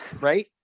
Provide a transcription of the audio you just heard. Right